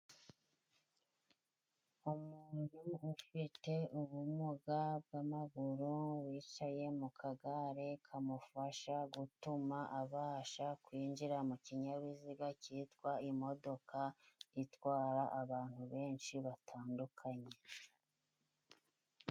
Umuntu ufite ubumuga bw'amaguru wicaye mu kagare, kamufasha gutuma abasha kwinjira mu kinyabiziga cyitwa imodoka, itwara abantu benshi batandukanye.